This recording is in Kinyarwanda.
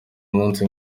umunsi